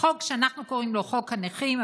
חוק שאנחנו קוראים לו חוק הנכים,